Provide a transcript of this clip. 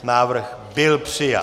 Návrh byl přijat.